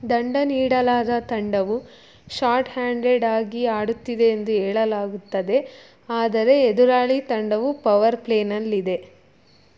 ದಂಡ ನೀಡಲಾದ ತಂಡವು ಶಾರ್ಟ್ ಹ್ಯಾಂಡೆಡ್ ಆಗಿ ಆಡುತ್ತಿದೆ ಎಂದು ಹೇಳಲಾಗುತ್ತದೆ ಆದರೆ ಎದುರಾಳಿ ತಂಡವು ಪವರ್ ಪ್ಲೇನಲ್ಲಿದೆ